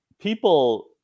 people